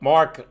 Mark